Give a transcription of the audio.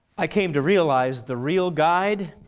i came to realize the real guide,